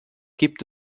gibt